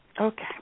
Okay